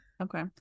okay